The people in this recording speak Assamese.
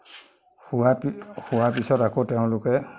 হোৱা পি হোৱা পিছত আকৌ তেওঁলোকে